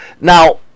Now